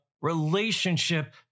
Relationship